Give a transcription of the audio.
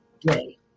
day